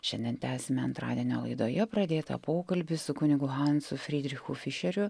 šiandien tęsime antradienio laidoje pradėtą pokalbį su kunigu hansu frydrichu fišeriu